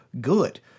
good